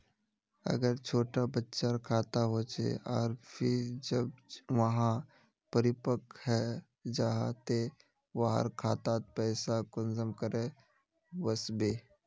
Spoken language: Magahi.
अगर छोटो बच्चार खाता होचे आर फिर जब वहाँ परिपक है जहा ते वहार खातात पैसा कुंसम करे वस्बे?